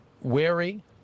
wary